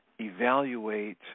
evaluate